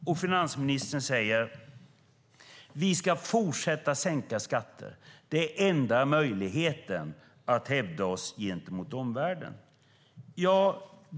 Men finansministern säger: Vi ska fortsätta att sänka skatter - det är enda möjligheten att hävda oss gentemot omvärlden.